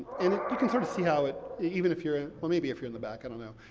and it, you can sort of see how it, even if you're a, well, maybe if you're in the back, i don't know.